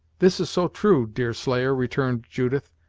this is so true, deerslayer, returned judith,